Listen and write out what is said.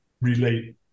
relate